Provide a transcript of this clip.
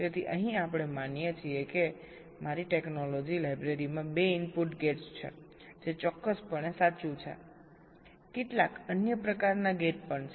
તેથી અહીં આપણે માનીએ છીએ કે મારી ટેકનોલોજી લાઇબ્રેરીમાં 2 ઇનપુટ ગેટ્સ છે જે ચોક્કસપણે સાચું છે કેટલાક અન્ય પ્રકારના ગેટ પણ છે